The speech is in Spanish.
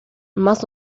más